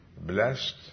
blessed